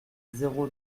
zéro